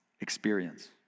experience